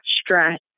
stress